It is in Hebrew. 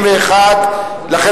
בעד ההסתייגויות,